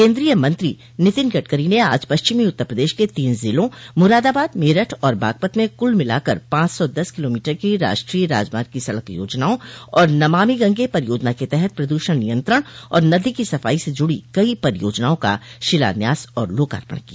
केन्द्रीय मंत्री नीतिन गडकरी ने आज पश्चिमी उत्तर प्रदेश के तीन जिलों मुरादाबाद मेरठ और बागपत में कुल मिलाकर पांच सौ दस किलोमीटर की राष्ट्रीय राजमार्ग की सड़क योजनाओं और नमामि गंगे परियोजना क तहत प्रदूषण नियंत्रण और नदी की सफाई से जुड़ी कई परियोजनाओं का शिलान्यास और लोकार्पण किया